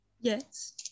Yes